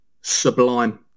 sublime